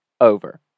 over